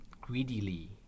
greedily